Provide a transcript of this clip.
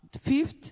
fifth